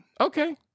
Okay